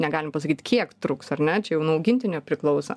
negalim pasakyt kiek truks ar ne čia jau nuo augintinio priklauso